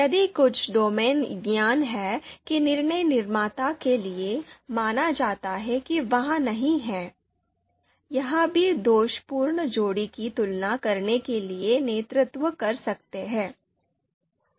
यदि कुछ डोमेन ज्ञान है कि निर्णय निर्माता के लिए माना जाता है कि वहाँ नहीं है यह भी दोषपूर्ण जोड़ी की तुलना करने के लिए नेतृत्व कर सकते हैं